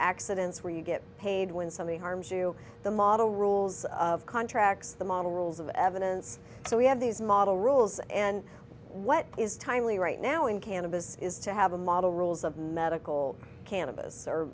accidents where you get paid when somebody harms you the model rules of contracts the model rules of evidence so we have these model rules and what is timely right now in cannabis is to have a model rules of medical can